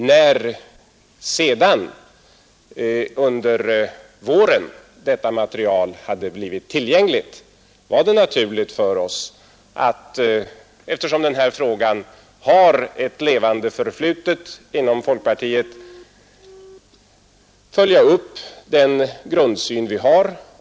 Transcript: När detta material sedan under våren blev tillgängligt var det naturligt för oss — den här frågan har ett levande förflutet inom folkpartiet — att följa upp den grundsyn vi har.